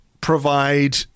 provide